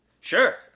sure